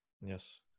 Yes